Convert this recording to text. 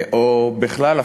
או בכלל,